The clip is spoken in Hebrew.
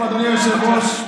אדוני היושב-ראש,